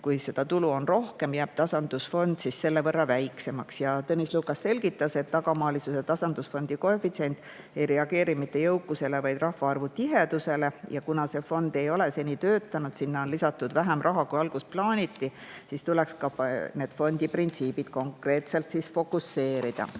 kui seda tulu on rohkem, jääb tasandusfond selle võrra väiksemaks. Tõnis Lukas selgitas, et tasandusfondi tagamaalisuse koefitsient ei reageeri mitte jõukusele, vaid rahvastiku tihedusele, ja kuna see fond ei ole seni töötanud – sinna on lisatud vähem raha, kui alguses plaaniti –, siis tuleks fondi printsiibid konkreetselt fokuseerida.